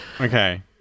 Okay